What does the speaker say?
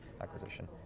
acquisition